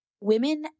women